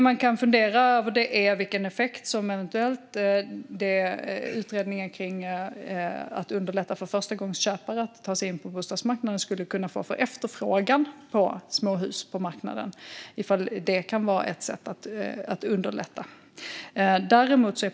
Man kan fundera på vilken effekt utredningen om att underlätta för förstagångsköpare att ta sig in på bostadsmarknaden skulle kunna få för efterfrågan på småhus på marknaden och om det kan vara ett sätt att underlätta.